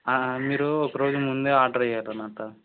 మీరు ఒక రోజు ముందే ఆర్డర్ ఇయ్యాలన్నా అంతా